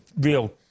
real